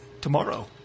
tomorrow